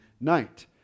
night